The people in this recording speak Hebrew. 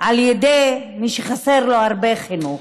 על ידי מי שחסר לו הרבה חינוך,